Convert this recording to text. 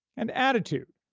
and attitude,